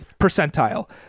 percentile